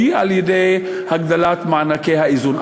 תהיה על-ידי הגדלת מענקי האיזון.